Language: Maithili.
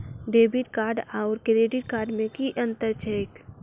डेबिट कार्ड आओर क्रेडिट कार्ड मे की अन्तर छैक?